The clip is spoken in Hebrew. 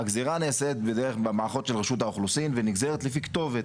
הגזרה נעשית בדרך במערכות של רשות האוכלוסין ונגזרת לפי כתובת,